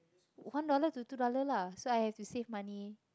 one dollar to two dollar lah so I have to save money